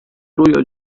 رویا